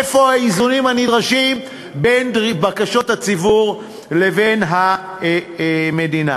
איפה האיזונים הנדרשים בין בקשות הציבור לבין המדינה?